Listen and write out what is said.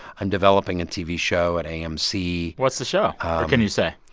i'm developing a tv show at amc what's the show or can you say?